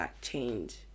change